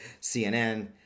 CNN